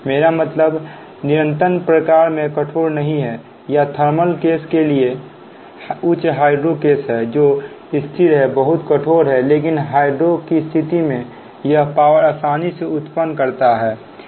मेरा मतलब है कि निरंतर प्रकार में कठोर नहीं है या थर्मल केस के लिए उच्च हाइड्रो केस है जो स्थिर है बहुत कठोर प्रकार है लेकिन हाइड्रो के स्थिति में यह पावर आसानी से उत्पन्न करता है